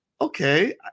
Okay